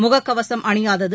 முகக்கவசம் அணியாதது